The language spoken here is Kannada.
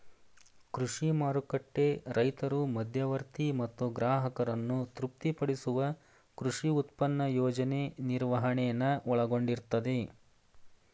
ಕೃಷಿ ಮಾರುಕಟ್ಟೆ ರೈತರು ಮಧ್ಯವರ್ತಿ ಮತ್ತು ಗ್ರಾಹಕರನ್ನು ತೃಪ್ತಿಪಡಿಸುವ ಕೃಷಿ ಉತ್ಪನ್ನ ಯೋಜನೆ ನಿರ್ವಹಣೆನ ಒಳಗೊಂಡಿರ್ತದೆ